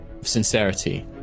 sincerity